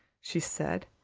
she said.